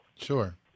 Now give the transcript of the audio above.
Sure